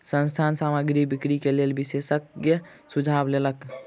संस्थान सामग्री बिक्री के लेल विशेषज्ञक सुझाव लेलक